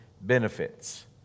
benefits